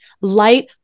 Light